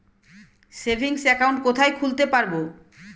Savings account কোথায় খুলতে পারব?